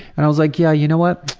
and i was like, yeah, you know what?